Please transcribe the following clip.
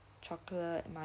chocolate